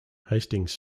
hastings